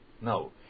No